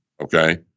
Okay